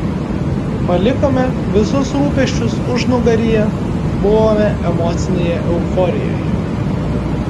palikome visus rūpesčius užnugaryje buvome emocinėje euforijoje